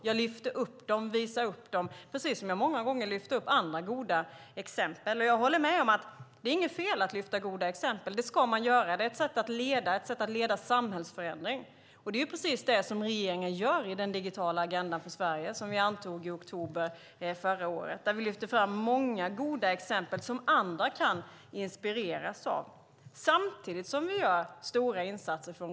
Jag lyfter fram dem, visar upp dem - precis som jag många gånger lyft fram andra goda exempel. Jag håller med om att det inte är något fel i att lyfta fram goda exempel. Det ska man göra. Det är ett sätt att leda, ett sätt att leda samhällsförändringen. Det är precis vad regeringen gör i den digitala agendan för Sverige som vi antog i oktober förra året. Vi lyfter där fram många goda exempel som andra kan inspireras av. Samtidigt gör regeringen stora insatser.